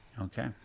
Okay